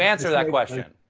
answer that question?